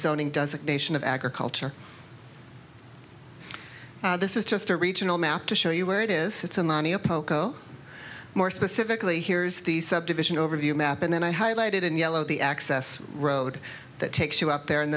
zoning does a nation of agriculture this is just a regional map to show you where it is it's a money a poco more specifically here's the subdivision overview map and then i highlighted in yellow the access road that takes you up there and